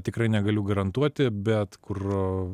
tikrai negaliu garantuoti bet kur